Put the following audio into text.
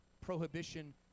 prohibition